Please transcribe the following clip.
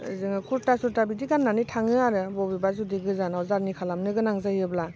जोङो कुर्था थुरथा बिदि गाननानै थाङो आरो बबेबा जुदि गोजानाव जारनि खालामनो गोनां जायोब्ला